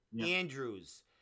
Andrews